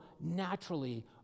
naturally